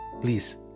please